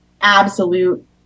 absolute